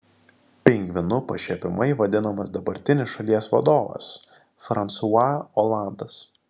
pingvinu pašiepiamai vadinamas dabartinis šalies vadovas fransua olandas